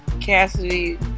Cassidy